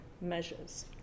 measures